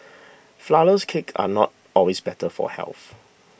Flourless Cakes are not always better for health